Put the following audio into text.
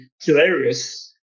hilarious